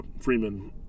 Freeman